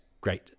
great